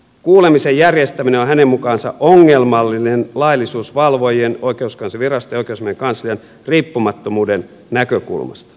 kuulemisen järjestäminen on hänen mukaansa ongelmallinen laillisuusvalvojien oikeuskanslerinviraston ja oikeusasiamiehen kanslian riippumattomuuden näkökulmasta